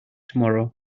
tomorrow